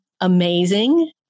amazing